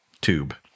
tube